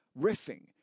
riffing